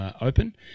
open